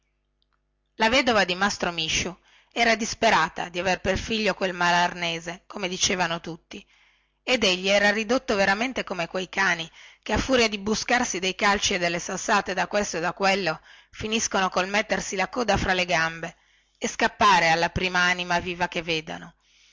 la vedova di mastro misciu era disperata di aver per figlio quel malarnese come dicevano tutti ed egli era ridotto veramente come quei cani che a furia di buscarsi dei calci e delle sassate da questo e da quello finiscono col mettersi la coda fra le gambe e scappare alla prima anima viva che vedono